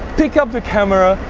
pick up the camera,